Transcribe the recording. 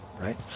right